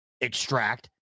extract